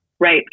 Right